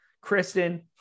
Kristen